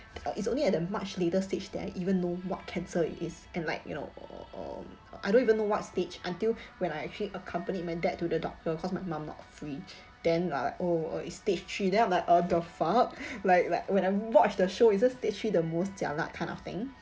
uh it's only at a much later stage that I even know what cancer it is and like you know uh uh I don't even know what stage until when I actually accompanied my dad to the doctor cause my mum not free then like oh oh it's stage three then I'm like uh the fuck like like when I watch the show isn't stage three the most jialat kind of thing